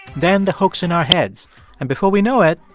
then the hook's in our heads and before we know it,